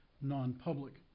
non-public